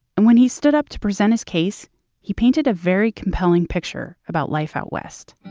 and when he stood up to present his case he painted a very compelling picture about life out west.